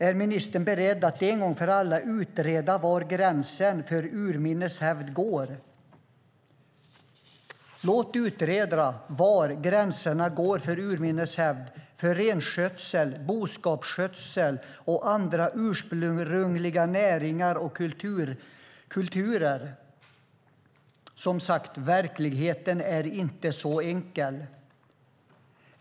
Är ministern beredd att en gång för alla utreda var gränsen för urminnes hävd går? Låt utreda var gränserna går för urminnes hävd och för renskötsel, boskapsskötsel och andra ursprungliga näringar och kulturer! Som sagt: Verkligheten är inte så enkel.